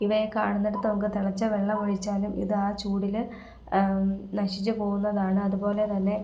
ഇവയെ കാണുന്നിടത്ത് നമുക്കു തിളച്ച വെള്ളം ഒഴിച്ചാലും ഇത് ആ ചൂടില് നശിച്ചുപോവുന്നതാണ് അതുപോലെതന്നെ